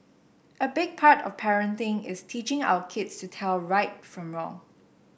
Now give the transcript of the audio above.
a big part of parenting is teaching our kids to tell right from wrong